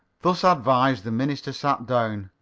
thus advised, the minister sat down.